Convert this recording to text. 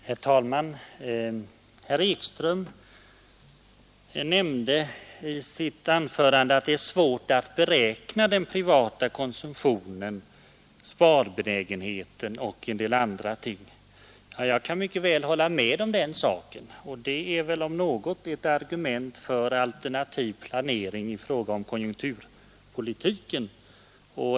Herr talman! Herr Ekström nämnde i sitt anförande att det är svårt att beräkna den privata konsumtionen, sparbenägenheten och en del andra ting. Jag kan mycket väl hålla med om den saken, och det är väl om något ett argument för alternativ planering i fråga om konjunkturpolitiken.